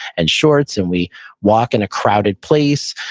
and shorts, and we walk in a crowded place.